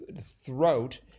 Throat